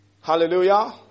Hallelujah